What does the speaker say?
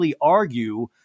argue